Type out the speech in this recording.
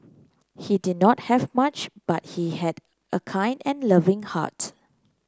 he did not have much but he had a kind and loving heart